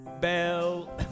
Bell